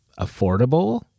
affordable